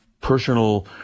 personal